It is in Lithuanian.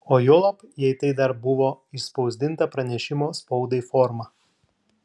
o juolab jei tai dar buvo išspausdinta pranešimo spaudai forma